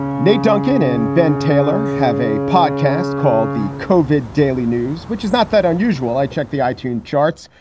nate duncan and ben taylor have a podcast called the kovik daily news, which is not that unusual. i checked the itn charts,